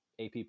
app